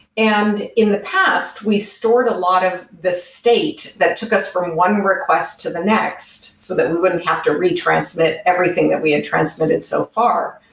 and in the past, we stored a lot of the state that took us from one request to the next so that we wouldn't have to retransmit everything that we had transmitted so far,